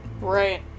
Right